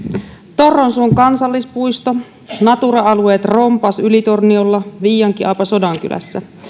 torronsuon kansallispuisto natura alueet rompas ylitorniolla viiankiaapa sodankylässä